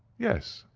yes,